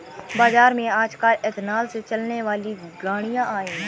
बाज़ार में आजकल एथेनॉल से चलने वाली गाड़ियां आई है